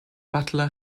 butler